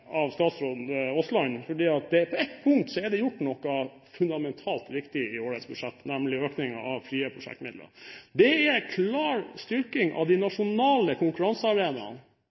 statsråd Aasland. På ett punkt er det gjort noe fundamentalt riktig i årets budsjett, nemlig økningen av frie prosjektmidler. Det er en klar styrking av de nasjonale konkurransearenaene.